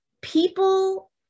people